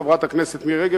חברת הכנסת מירי רגב,